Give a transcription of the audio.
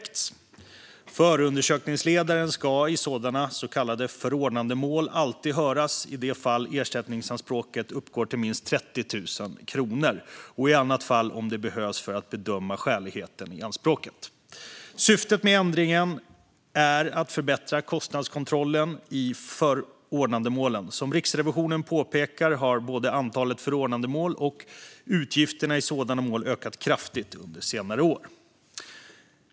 Riksrevisionens rapport om ersättning till rättsliga biträden i brottmål Förundersökningsledaren ska i sådana så kallade förordnandemål alltid höras i de fall ersättningsanspråket uppgår till minst 30 000 kronor och i annat fall om det behövs för att bedöma skäligheten i anspråket. Syftet med ändringen är att förbättra kostnadskontrollen i förordnandemålen. Som Riksrevisionen påpekar har både antalet förordnandemål och utgifterna i sådana mål ökat kraftigt under senare år.